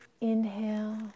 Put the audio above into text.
inhale